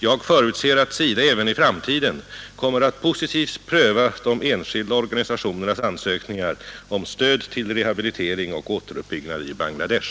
Jag förutser att SIDA även i framtiden kommer att positivt pröva de enskilda organisationernas ansökningar om stöd till rehabilitering och återuppbyggnad i Bangladesh.